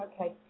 Okay